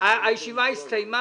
(הוראת שעה), התשע"ט-2018 נתקבלו.